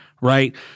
right